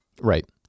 right